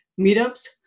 meetups